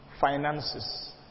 finances